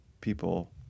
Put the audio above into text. people